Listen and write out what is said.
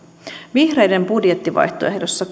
vihreiden budjettivaihtoehdossa